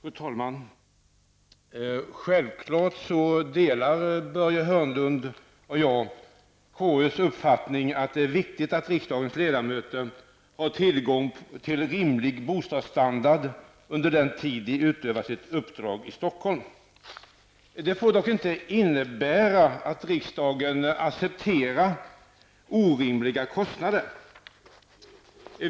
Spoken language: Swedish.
Fru talman! Självfallet delar Börje Hörnlund och jag KUs uppfattning att det är viktigt att riksdagens ledamöter har tillgång till en bostad med rimlig standard under den tid som de utövar sitt uppdrag i Detta får dock inte innebära att riksdagen accepterar orimligt höga kostnader.